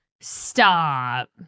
Stop